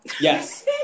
Yes